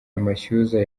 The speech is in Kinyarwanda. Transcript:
amashyuza